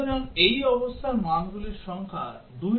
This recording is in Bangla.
সুতরাং এই অবস্থার মানগুলির সংখ্যা 2 গুন n